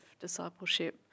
discipleship